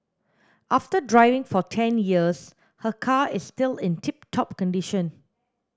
after driving for ten years her car is still in tip top condition